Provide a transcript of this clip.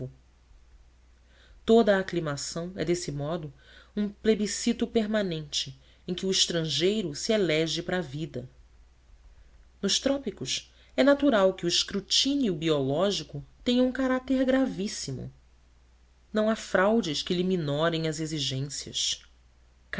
toda a aclimação é desse modo um plebiscito permanente em que o estrangeiro se elege para a vida nos trópicos é natural que o escrutínio biológico tenha um caráter gravíssimo não há fraudes que lhe minorem as exigências